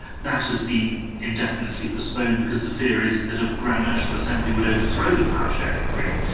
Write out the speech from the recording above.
that has been indefinitely postponed because the fear is that a grand national assembly would overthrow the power-sharing agreement.